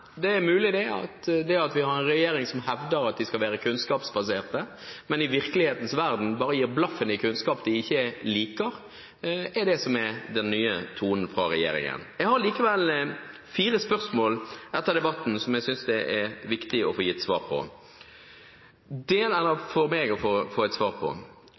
Det er mulig at det er det at vi har en regjering som hevder at den skal være kunnskapsbasert, men som i virkelighetens verden bare gir blaffen i kunnskap den ikke liker, som er den nye tonen fra regjeringen. Jeg har etter debatten likevel fire spørsmål som det er viktig for meg å få svar på: Deler Arbeiderpartiet, Fremskrittspartiet og Høyre mitt syn, at deler av verdens olje- og gassreserver må bli liggende? Det andre spørsmålet er: